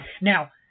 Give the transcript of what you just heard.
Now